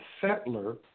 settler